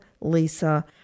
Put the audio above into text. Lisa